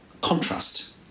contrast